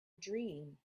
dream